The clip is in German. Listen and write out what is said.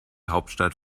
hauptstadt